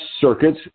circuits